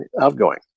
outgoing